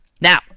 Now